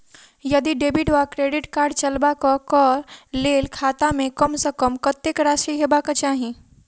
यदि डेबिट वा credit card चलबाक कऽ लेल खाता मे कम सऽ कम कत्तेक राशि हेबाक चाहि?